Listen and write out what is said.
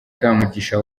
kamugisha